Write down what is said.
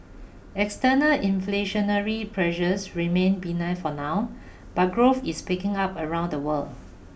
external inflationary pressures remain benign for now but growth is picking up around the world